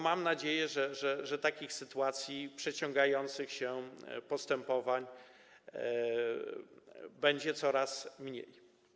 Mam nadzieję, że takich sytuacji i przeciągających się postępowań będzie coraz mniej.